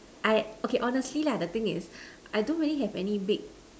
I okay honestly lah the thing is I don't really have any big